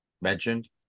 mentioned